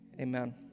Amen